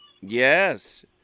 Yes